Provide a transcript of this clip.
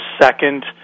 second